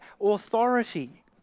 authority